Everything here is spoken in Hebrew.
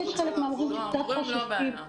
חלק מהמורים קצת חוששים.